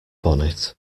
bonnet